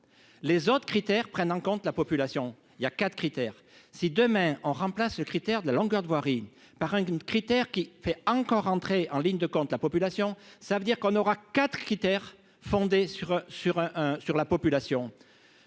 les autres critères prenne en compte la population il y a 4 critères : si demain on remplace critère de la longueur de voirie par un critère qui fait encore entrer en ligne de compte la population, ça veut dire qu'on aura 4 critères fondés sur sur un